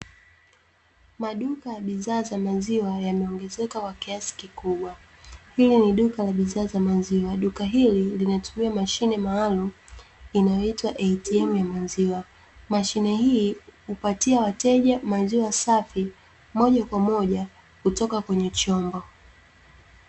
Maduka ya bidhaa za maziwa yameongezeka kwa kiasi kikubwa. Hili ni duka la bidhaa za maziwa. Duka hili linatumia mashine maalumu inayoitwa ATM ya maziwa. Mashine hii hupatia wateja maziwa safi moja kwa moja kutoka kwenye chombo.